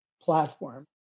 platform